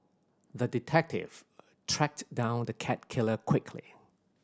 the detective tracked down the cat killer quickly